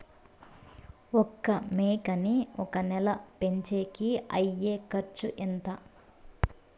ఒక మేకని ఒక నెల పెంచేకి అయ్యే ఖర్చు ఎంత?